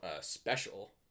special